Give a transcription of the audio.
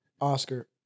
Oscar